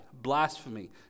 blasphemy